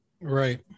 Right